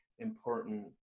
important